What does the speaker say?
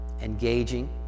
engaging